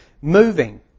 Moving